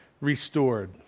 restored